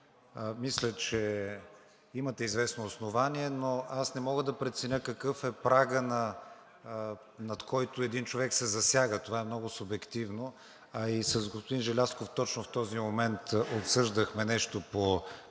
Мисля, че имате известно основание, но аз не мога да преценя какъв е прагът, над който един човек се засяга. Това е много субективно. А и с господин Желязков точно в този момент обсъждахме нещо по